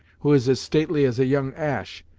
who is as stately as a young ash,